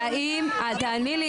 רלי, תעני לי.